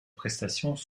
prestations